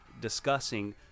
discussing